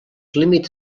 límits